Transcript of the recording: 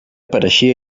pareixia